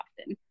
often